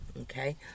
okay